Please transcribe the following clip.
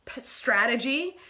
strategy